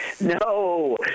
No